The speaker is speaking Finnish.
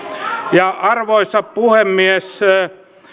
arvoisa puhemies